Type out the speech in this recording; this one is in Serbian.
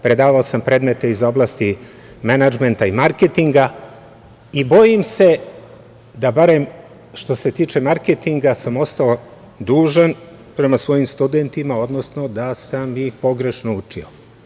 Predavao sam predmete iz oblasti menadžmenta i marketinga i bojim se da, barem što se tiče marketinga, sam ostao dužan prema svojim studentima, odnosno da sam ih pogrešno učio.